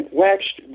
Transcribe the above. waxed